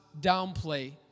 downplay